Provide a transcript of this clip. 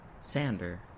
Sander